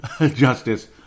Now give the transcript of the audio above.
justice